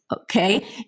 Okay